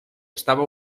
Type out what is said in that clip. estaba